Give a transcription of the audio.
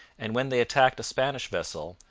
and when they attacked a spanish vessel,